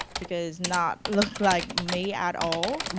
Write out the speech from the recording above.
because not look like me at all.